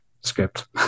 script